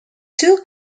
two